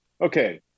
Okay